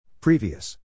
Previous